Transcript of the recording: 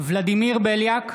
ולדימיר בליאק,